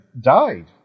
died